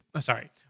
Sorry